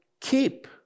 keep